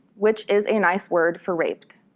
which is a nice word for raped.